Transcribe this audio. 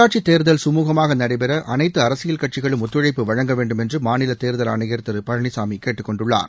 உள்ளாட்சிதேர்தல் சுமூகநடைபெறஅனைத்துஅரசியல் கட்சிகளும் ஒத்துழைப்பு வழங்கவேண்டும் என்றுமாநிலதேர்தல் ஆணையர் திருபழனிசாமிகேட்டுக்கொண்டுள்ளார்